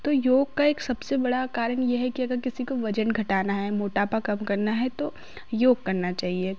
तो योग का एक सबसे बड़ा कारण यह है की अगर किसी को वज़न घटाना है मोटापा कम करना है तो योग करना चाहिए